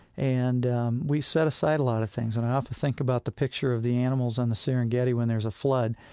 and um we set aside a lot of things. and i often think about the picture of the animals on the serengeti when there's a flood,